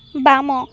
ବାମ